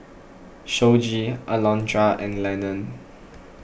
Shoji Alondra and Lenon